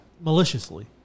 maliciously